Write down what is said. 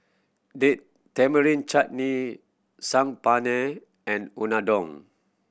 Date Tamarind Chutney Saag Paneer and Unadon